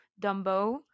Dumbo